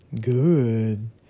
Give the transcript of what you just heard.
Good